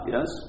Yes